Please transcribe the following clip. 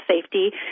safety